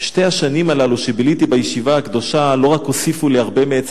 "שתי השנים הללו שביליתי בישיבה הקדושה לא רק הוסיפו לי הרבה מעץ